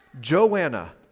Joanna